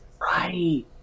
right